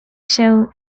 się